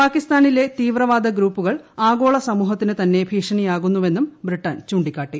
പാകിസ്ഥാനിലെ തീവ്രവാദ ഗ്രൂപ്പുകൾ ആഗോള സമൂഹത്തിന് തന്നെ ഭീഷണിയാകുന്നുവെന്നും ബ്രിട്ടൺ ചൂണ്ടിക്കാട്ടി